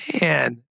Man